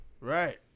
Right